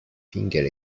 finger